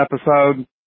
episode